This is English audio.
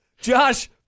Josh